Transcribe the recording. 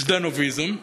ז'דנוביזם,